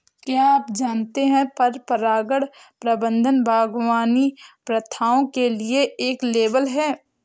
क्या आप जानते है परागण प्रबंधन बागवानी प्रथाओं के लिए एक लेबल है?